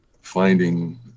finding